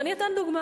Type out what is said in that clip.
ואני אתן דוגמה: